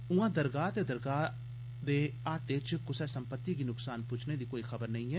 ऊआं दरगाह ते दरगाह आह्ले आह्ते च कुसै संपत्ति गी नुक्सान पुज्जने दी कोई खबर नेई ऐ